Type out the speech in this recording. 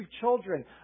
children